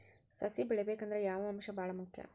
ಸಸಿ ಬೆಳಿಬೇಕಂದ್ರ ಯಾವ ಅಂಶ ಭಾಳ ಮುಖ್ಯ?